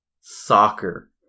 Soccer